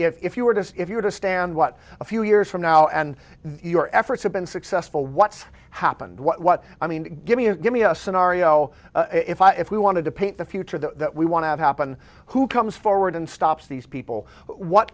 dreams if you were to if you were to stand what a few years from now and your efforts have been successful what's happened what i mean give me a give me a scenario if i if we wanted to paint the future that we want to have happen who comes forward and stops these people what